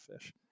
fish